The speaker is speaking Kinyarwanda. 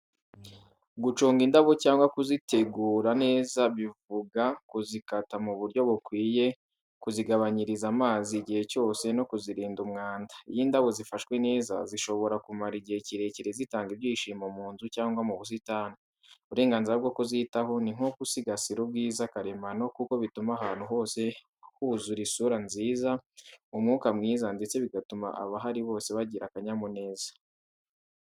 Guconga indabo cyangwa kuzitegura neza bivuga kuzikata mu buryo bukwiye, kuzigabanyiriza amazi igihe cyose, no kuzirinda umwanda. Iyo indabo zifashwe neza, zishobora kumara igihe kirekire zitanga ibyishimo mu nzu cyangwa mu busitani. Uburenganzira bwo kuzitaho ni nk’ugusigasira ubwiza karemano, kuko bituma ahantu hose huzura isura nziza, umwuka mwiza ndetse bigatuma abahari bose bagira akanyamuneza.